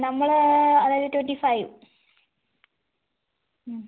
നമ്മളെ അതായത് twenty five